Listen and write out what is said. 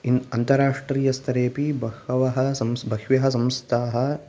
in अन्तराष्ट्रियस्तरेऽपि बहवः सम् बह्व्यः संस्थाः